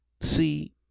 see